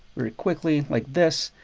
very quickly. like this,